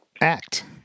act